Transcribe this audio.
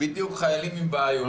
בדיוק חיילים עם בעיות.